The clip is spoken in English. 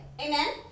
Amen